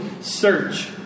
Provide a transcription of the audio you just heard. search